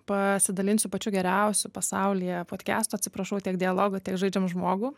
pasidalinsiu pačiu geriausiu pasaulyje podkastu atsiprašau tiek dialogų tiek žaidžiam žmogų